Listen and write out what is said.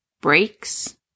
breaks